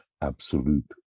absolute